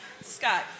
Scott